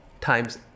times